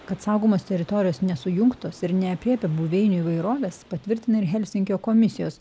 kad saugomos teritorijos nesujungtos ir neaprėpia buveinių įvairovės patvirtina ir helsinkio komisijos